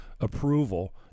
approval